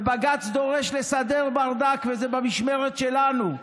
בג"ץ דורש לסדר ברדק, וזה במשמרת שלנו.